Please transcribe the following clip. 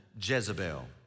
Jezebel